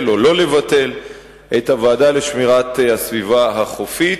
או לא לבטל את הוועדה לשמירת הסביבה החופית.